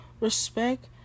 respect